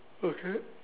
okay